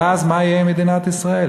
ואז, מה יהיה עם מדינת ישראל?